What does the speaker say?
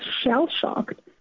shell-shocked